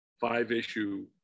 five-issue